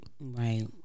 Right